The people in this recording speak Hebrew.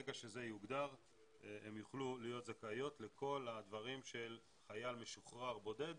ברגע שזה יוגדר הן יוכלו להיות זכאיות לכל הדברים של חייל משוחרר בודד,